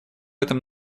этом